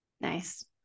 Nice